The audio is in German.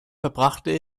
verbrachte